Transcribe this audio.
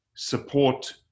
support